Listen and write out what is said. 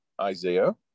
Isaiah